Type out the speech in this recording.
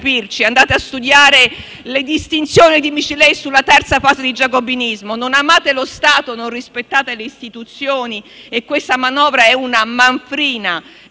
andate a studiare le distinzioni di Michelet sulla terza fase di giacobinismo. Non amate lo Stato, non rispettate le Istituzioni e questa manovra è una manfrina